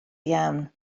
iawn